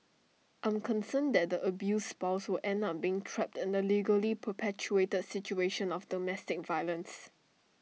I'm concerned that the abused spouse will end up being trapped in the legally perpetuated situation of domestic violence